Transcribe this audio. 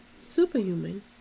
superhuman